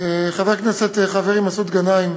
חבר הכנסת מסעוד גנאים,